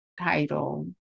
title